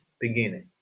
beginning